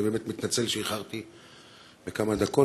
אני באמת מתנצל שאיחרתי בכמה דקות.